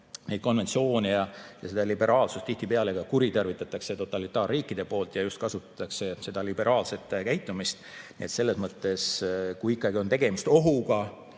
konventsioone ja seda liberaalsust tihtipeale ka kuritarvitatakse totalitaarriikide poolt, kasutatakse ära seda liberaalset käitumist. Nii et selles mõttes, kui ikkagi on tegemist ohuga